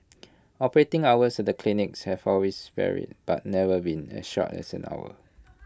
operating hours at the clinics have always varied but never been as short as an hour